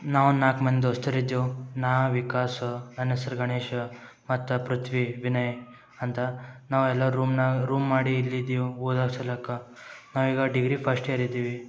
ನಾವು ನಾಲ್ಕು ಮಂದಿ ದೋಸ್ತರಿದ್ದೆವು ನಾ ವಿಕಾಸ್ ನನ್ನೆಸರು ಗಣೇಶ್ ಮತ್ತು ಪೃಥ್ವಿ ವಿನಯ್ ಅಂತ ನಾವು ಎಲ್ಲ ರೂಮ್ನ ರೂಮ್ ಮಾಡಿ ಇಲ್ಲಿ ಇದೀವು ಹೋದ ಸಲಾಕ್ಕ ನಾವೀಗ ಡಿಗ್ರಿ ಫಸ್ಟ್ ಇಯರ್ ಇದೀವಿ